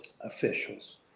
officials